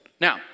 Now